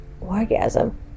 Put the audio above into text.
orgasm